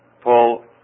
Paul